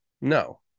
no